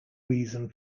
reason